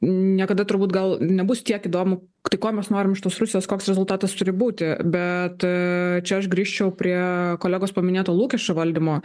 niekada turbūt gal nebus tiek įdomu tai ko mes norim iš tos rusijos koks rezultatas turi būti bet čia aš grįžčiau prie kolegos paminėto lūkesčių valdymo